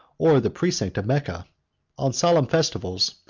or the precincts of mecca on solemn festivals,